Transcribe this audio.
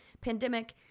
pandemic